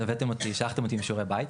שלחתם אותי עם שיעורי בית,